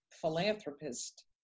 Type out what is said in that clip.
philanthropist